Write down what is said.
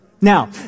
Now